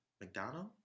McDonald